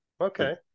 okay